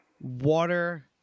water